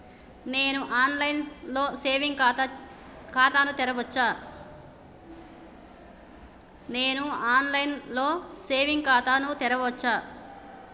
నేను online లో saving ఖాతా ను తెరవచ్చా?